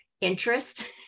interest